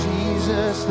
Jesus